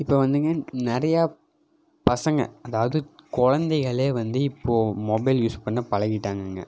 இப்போ வந்துங்க நிறையா பசங்கள் அதாவது குழந்தைகளே வந்து இப்போது மொபைல் யூஸ் பண்ண பழகிவிட்டாங்கங்க